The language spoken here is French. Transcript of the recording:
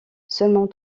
seulement